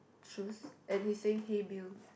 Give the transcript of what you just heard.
shoes and he's saying hey Bill